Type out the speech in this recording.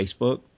Facebook